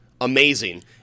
amazing